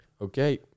Okay